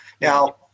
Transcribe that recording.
Now